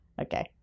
Okay